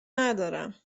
ندارم